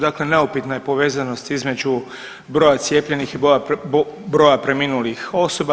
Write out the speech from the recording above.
Dakle, neupitna je povezanost između broja cijepljenih i broja preminulih osoba.